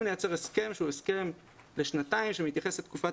לייצר הסכם שהוא הסכם לשנתיים שמתייחס לתקופת